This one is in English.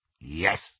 Yes